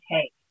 take